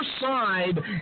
side